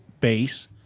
base